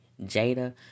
Jada